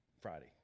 Friday